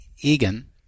egan